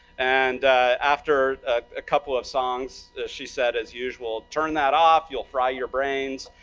and after a couple of songs, she said, as usual, turn that off, you'll fry your brains.